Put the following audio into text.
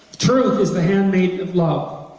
truth is the hand maiden of love